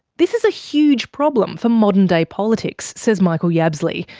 this is a huge problem for modern-day politics, says michael yabsley,